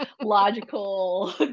logical